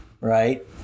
right